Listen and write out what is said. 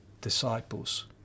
disciples